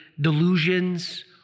delusions